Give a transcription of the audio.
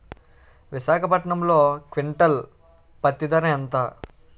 విశాఖపట్నంలో క్వింటాల్ పత్తి ధర ఎంత?